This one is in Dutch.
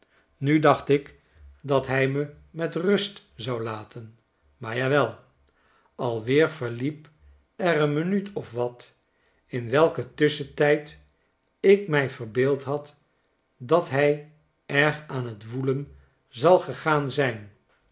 nu dacht ik dat hij me met rust zou laten maar jawel alweer verliep er eenminuut of wat in welken tusschentijd ik mij verbeeld dat hij erg aan t woelen zal gegaan zijn